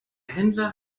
händler